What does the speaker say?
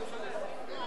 שרק הגיוני,